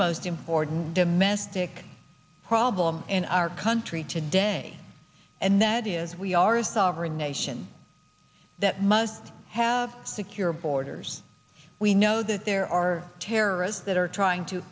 most important domestic problem in our country today and that is we are a sovereign nation that must have secure borders we know that there are terrorists that are trying to